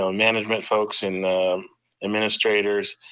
so management folks and administrators.